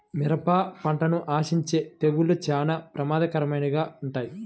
మిరప పంటను ఆశించే తెగుళ్ళు చాలా ప్రమాదకరమైనవిగా ఉంటాయి